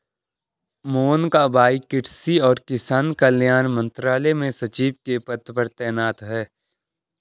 मोहन का भाई कृषि और किसान कल्याण मंत्रालय में सचिव के पद पर तैनात है